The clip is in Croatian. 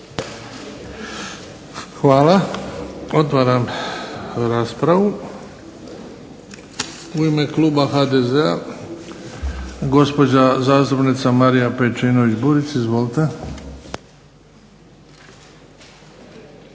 Hvala. Otvaram raspravu. U ime kluba HDZ-a gospođa zastupnica Marija Pejčinović-Burić. Izvolite.